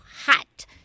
hot